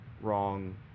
wrong